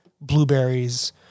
blueberries